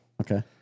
Okay